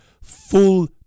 full